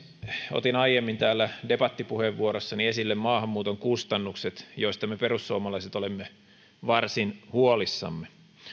otin aiemmin täällä debattipuheenvuorossani esille maahanmuuton kustannukset joista me perussuomalaiset olemme varsin huolissamme